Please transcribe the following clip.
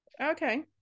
okay